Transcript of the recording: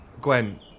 Gwen